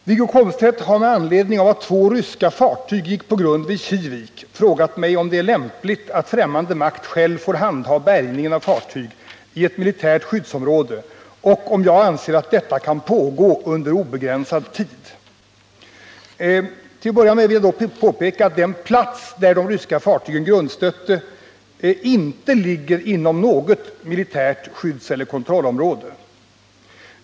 Herr talman! Wiggo Komstedt har med anledning av att två ryska fartyg gick på grund vid Kivik frågat mig om det är lämpligt att främmande makt själv får handha bärgningen av fartyg i ett militärt skyddsområde och om jag anser att detta kan pågå under obegränsad tid. Till att börja med vill jag påpeka att den plats där de ryska fartygen grundstötte inte ligger inom något militärt skyddseller kontrollområde.